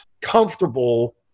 comfortable